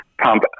pump